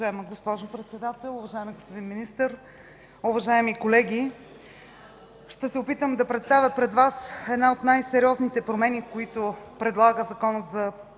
Уважаема госпожо Председател, уважаеми господин Министър, уважаеми колеги! Ще се опитам да представя пред Вас една от най-сериозните промени, които предлага Законът за предучилищно